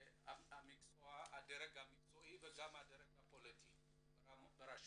הדרג המקצועי וגם הדרג הפוליטי ברשויות.